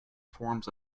forms